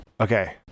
okay